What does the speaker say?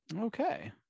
Okay